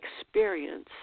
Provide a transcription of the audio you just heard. experience